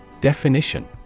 Definition